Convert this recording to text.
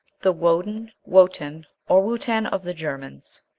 the woden, wotan, or wuotan of the germans.